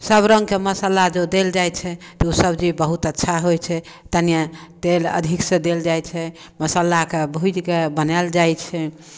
सभ रंगके मसल्ला जे देल जाइ छै तऽ ओ सब्जी बहुत अच्छा होइ छै तनिए तेल अधिक से देल जाइ छै मसल्लाके भूजिके बनायल जाइ छै